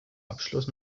abschluss